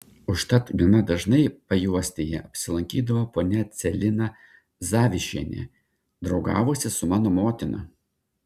užtat gana dažnai pajuostyje apsilankydavo ponia celina zavišienė draugavusi su mano motina